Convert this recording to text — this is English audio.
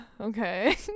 Okay